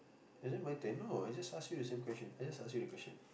is it my turn no is it ask you the same question I just ask you the question